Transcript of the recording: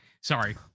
sorry